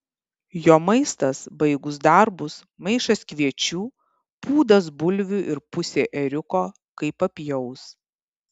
jo maistas baigus darbus maišas kviečių pūdas bulvių ir pusė ėriuko kai papjaus